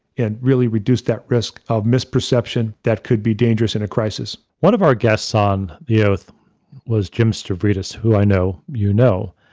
and really reduce that risk of misperception that could be dangerous in a crisis. one of our guests on the oath was jim stavridis, who i know you know,